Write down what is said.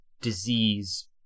disease